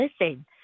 Listen